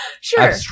Sure